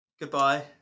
goodbye